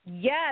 Yes